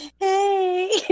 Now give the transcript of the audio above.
Hey